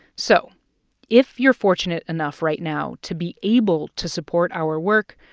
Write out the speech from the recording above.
so if you're fortunate enough right now to be able to support our work,